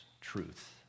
truth